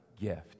gift